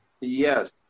Yes